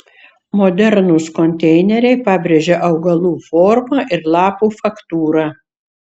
modernūs konteineriai pabrėžia augalų formą ir lapų faktūrą